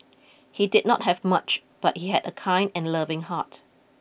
he did not have much but he had a kind and loving heart